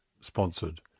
sponsored